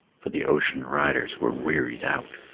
for the ocean riders were wearied out.